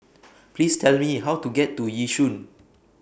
Please Tell Me How to get to Yishun